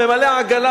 ממלא עגלה,